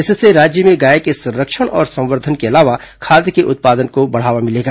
इससे राज्य में गाय के संरक्षण और संवर्धन के अलावा खाद के उत्पादन को बढ़ावा मिलेगा